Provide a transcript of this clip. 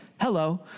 hello